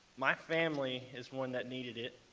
my family is one that needed it.